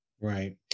Right